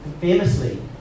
famously